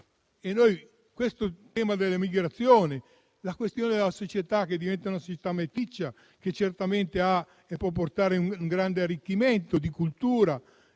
Quindi c'è il tema delle migrazioni, la questione della società che diventa meticcia, che certamente può portare un grande arricchimento culturale